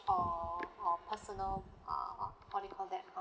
or or personal uh what you call that